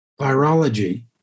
virology